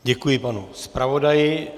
Děkuji panu zpravodaji.